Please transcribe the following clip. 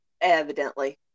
Evidently